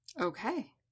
Okay